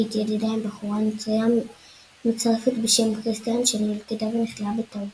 היא התיידדה עם בחורה נוצרייה מצרפת בשם כריסטיאן שנלכדה ונכלאה בטעות.